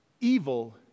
evil